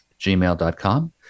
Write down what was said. gmail.com